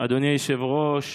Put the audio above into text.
אדוני היושב-ראש,